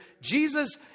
Jesus